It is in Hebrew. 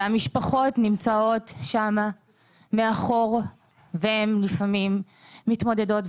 והמשפחות נמצאות שם מאחור והן לפעמים מתמודדות,